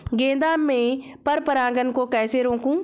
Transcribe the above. गेंदा में पर परागन को कैसे रोकुं?